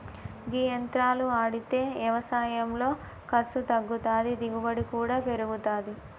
గీ యంత్రాలు ఆడితే యవసాయంలో ఖర్సు తగ్గుతాది, దిగుబడి కూడా పెరుగుతాది